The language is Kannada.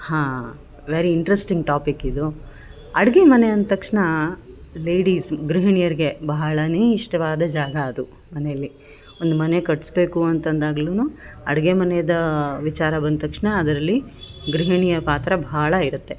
ಹಾಂ ವೆರಿ ಇಂಟ್ರೆಸ್ಟಿಂಗ್ ಟಾಪಿಕ್ ಇದು ಅಡಿಗೆ ಮನೆ ಅಂದ ತಕ್ಷ್ಣ ಲೇಡೀಸ್ ಗೃಹಿಣಿಯರಿಗೆ ಬಹಳನೇ ಇಷ್ಟವಾದ ಜಾಗ ಅದು ಮನೇಲಿ ಒಂದು ಮನೆ ಕಟ್ಸ್ಬೇಕು ಅಂತಂದಾಗಲೂನು ಅಡಿಗೆ ಮನೆದಾ ವಿಚಾರ ಬಂದ ತಕ್ಷ್ಣ ಅದರಲ್ಲಿ ಗೃಹಿಣಿಯರ ಪಾತ್ರ ಭಾಳ ಇರುತ್ತೆ